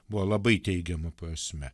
buvo labai teigiama prasme